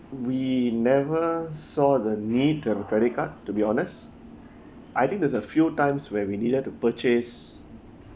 we never saw the need to have a credit card to be honest I think there is a few times where we needed to purchase